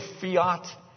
fiat